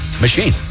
Machine